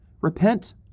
repent